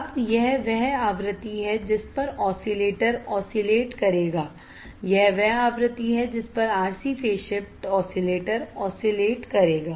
अब यह वह आवृत्ति है जिस पर ऑसिलेटर ऑसिलेट करेगा यह वह आवृत्ति है जिस पर RC phase shift oscillator oscillate करेगा